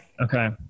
Okay